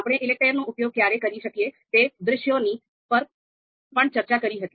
આપણે ELECTRE નો ઉપયોગ ક્યારે કરી શકીએ તે દૃશ્યોની પર પણ ચર્ચા કરી હતી